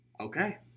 Okay